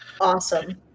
Awesome